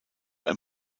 ein